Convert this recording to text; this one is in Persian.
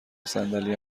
صندلی